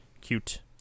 cute